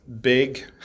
big